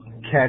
catch